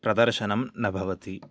प्रदर्शनं न भवति